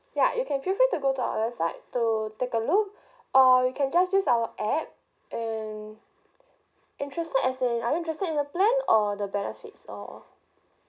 ya you can feel free to go to our website to take a look or you can just use our app and interested as in are you interested in the plan or the benefits or